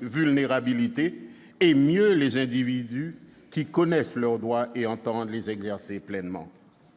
vulnérabilité, et mieux les individus qui connaissent leurs droits et entendent les exercer pleinement ?